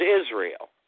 israel